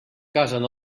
casen